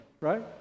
right